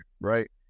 right